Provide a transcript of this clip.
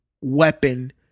weapon